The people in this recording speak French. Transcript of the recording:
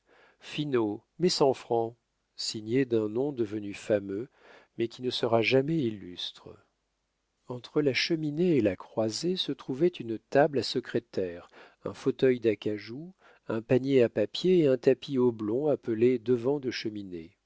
finot mes cent francs signé d'un nom devenu fameux mais qui ne sera jamais illustre entre la cheminée et la croisée se trouvaient une table à secrétaire un fauteuil d'acajou un panier à papiers et un tapis oblong appelé devant de cheminée